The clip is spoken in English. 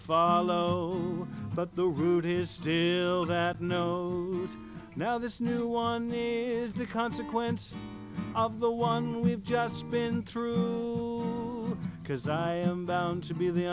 follow but the root is still that know now this new one is the consequence of the one we have just been through v because i am bound to be the